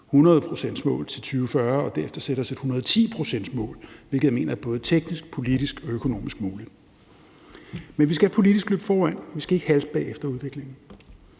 100-procentsmål til 2040 og derefter sætte os et 110-procentsmål, hvilket jeg mener er både teknisk, politisk og økonomisk muligt. Men vi skal politisk løbe foran; vi skal ikke halte bagefter udviklingen.